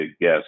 guess